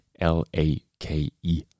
L-A-K-E